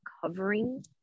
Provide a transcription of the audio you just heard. covering